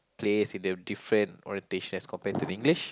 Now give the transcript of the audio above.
place in a different orientation as compared to English